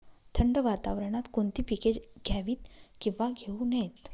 थंड वातावरणात कोणती पिके घ्यावीत? किंवा घेऊ नयेत?